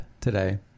today